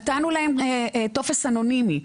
נתנו להם טופס אנונימי.